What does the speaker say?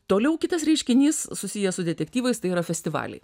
toliau kitas reiškinys susijęs su detektyvais tai yra festivaliai